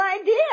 idea